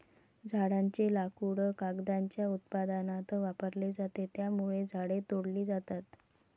झाडांचे लाकूड कागदाच्या उत्पादनात वापरले जाते, त्यामुळे झाडे तोडली जातात